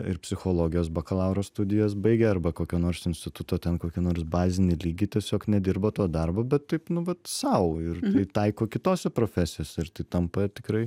ir psichologijos bakalauro studijas baigę arba kokio nors instituto ten kokį nors bazinį lygį tiesiog nedirba to darbo bet taip nu vat sau ir tai taiko kitose profesijose ir tai tampa ir tikrai